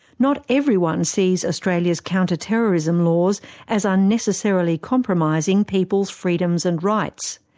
not everyone sees australia's counter-terrorism laws as unnecessarily compromising people's freedoms and rights.